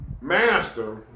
master